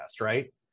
right